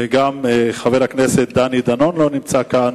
וגם חבר הכנסת דני דנון לא נמצא כאן,